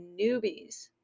newbies